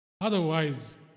Otherwise